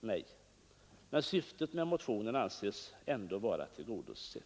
Nej. Men syftet med motionen anses ändå vara tillgodosett.